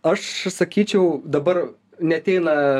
aš sakyčiau dabar neateina